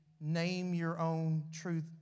name-your-own-truth